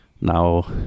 now